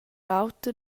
oter